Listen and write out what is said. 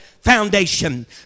foundation